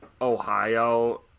Ohio